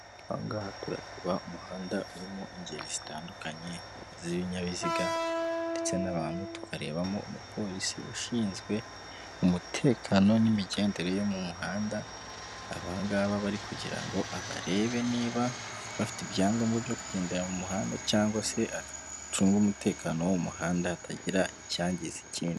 Aho ngaha turareba umuhanda urimo ingeri zitandukanye z'ibinyabiziga, ndetse n'abantu, tukarebamo umupolisi ushinzwe umutekano n'imigendere yo mu muhanda, aba ngaba aba ari kugira ngo abarebe niba bafite ibyangombwa byo kugendera mu muhanda cyangwa se acunge umutekano wo mu muhanda, hatagira icyangiza ikindi.